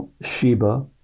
Sheba